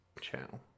channel